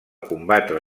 combatre